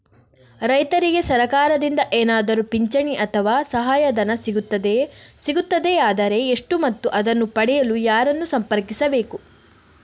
ರೈತರಿಗೆ ಸರಕಾರದಿಂದ ಏನಾದರೂ ಪಿಂಚಣಿ ಅಥವಾ ಸಹಾಯಧನ ಸಿಗುತ್ತದೆಯೇ, ಸಿಗುತ್ತದೆಯಾದರೆ ಎಷ್ಟು ಮತ್ತು ಅದನ್ನು ಪಡೆಯಲು ಯಾರನ್ನು ಸಂಪರ್ಕಿಸಬೇಕು?